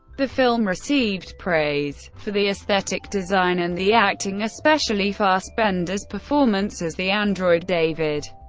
the film received praise for the aesthetic design and the acting, especially fassbender's performance as the android david,